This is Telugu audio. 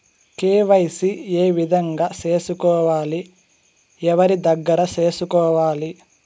కె.వై.సి ఏ విధంగా సేసుకోవాలి? ఎవరి దగ్గర సేసుకోవాలి?